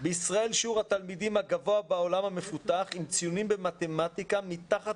בישראל שיעור התלמידים הגבוה בעולם המפותח עם ציונים במתמטיקה מתחת